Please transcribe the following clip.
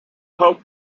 pope